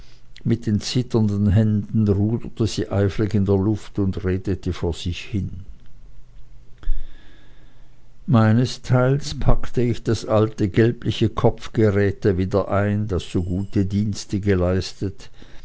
mit den zitternden händen ruderte sie eifrig in der luft und redete vor sich hin meinesteils packte ich das alte gelbliche kopfgeräte wieder ein das so gute dienste geleistet